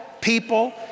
people